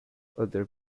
other